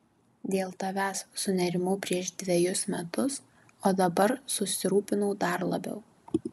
dėl tavęs sunerimau prieš dvejus metus o dabar susirūpinau dar labiau